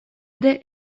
ere